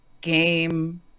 game